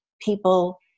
people